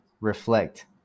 reflect